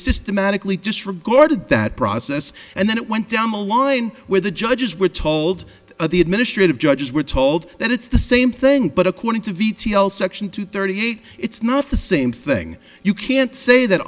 systematically disregarded that process and then it went down the line where the judges were told the administrative judges were told that it's the same thing but according to v t l section two thirty eight it's not the same thing you can't say that